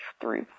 three